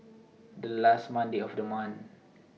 The last Monday of The month